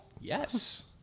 Yes